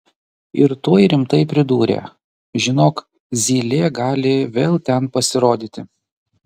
ir tuoj rimtai pridūrė žinok zylė gali vėl ten pasirodyti